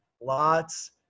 lots